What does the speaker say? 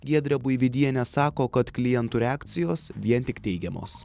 giedrė buivydienė sako kad klientų reakcijos vien tik teigiamos